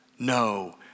No